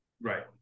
Right